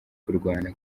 kurwana